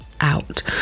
out